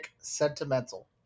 sentimental